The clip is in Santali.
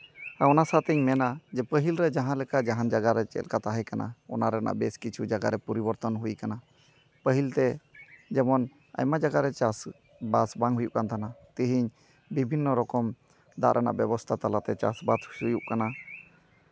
ᱟᱨ ᱚᱱᱟ ᱥᱟᱶᱛᱮᱧ ᱢᱮᱱᱟ ᱡᱮ ᱯᱟᱹᱦᱤᱞ ᱨᱮ ᱡᱟᱦᱟᱸ ᱞᱮᱠᱟ ᱡᱟᱦᱟᱱ ᱡᱟᱭᱜᱟ ᱨᱮ ᱪᱮᱫ ᱞᱮᱠᱟ ᱛᱟᱦᱮᱸ ᱠᱟᱱᱟ ᱚᱱᱟ ᱨᱮᱭᱟᱜ ᱵᱮᱥ ᱠᱤᱪᱷᱩ ᱡᱟᱭᱜᱟ ᱨᱮ ᱯᱚᱨᱤᱵᱚᱨᱛᱚᱱ ᱦᱩᱭ ᱟᱠᱟᱱᱟ ᱯᱟᱹᱦᱤᱞ ᱛᱮ ᱡᱮᱢᱚᱱ ᱟᱭᱢᱟ ᱡᱟᱭᱜᱟ ᱨᱮ ᱪᱟᱥᱼᱵᱟᱥ ᱵᱟᱝ ᱦᱩᱭᱩᱜ ᱠᱟᱱ ᱛᱟᱦᱮᱱᱟ ᱛᱮᱦᱮᱧ ᱵᱤᱵᱷᱤᱱᱱᱚ ᱨᱚᱠᱚᱢ ᱫᱟᱜ ᱨᱮᱱᱟᱜ ᱵᱮᱵᱚᱥᱛᱷᱟ ᱛᱟᱞᱟᱛᱮ ᱪᱟᱥ ᱟᱵᱟᱫ ᱦᱩᱭᱩᱜ ᱠᱟᱱᱟ